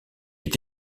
est